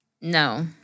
no